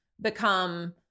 become